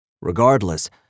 Regardless